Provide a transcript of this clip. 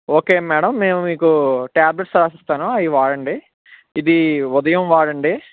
okay madam మేము మీకు tablets రాసిస్తాను అవి వాడండి ఇది ఉదయం వాడండి